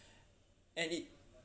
and it